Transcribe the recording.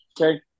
okay